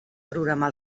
programar